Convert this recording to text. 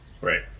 Right